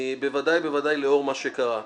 בוודאי לאור מה שקרה.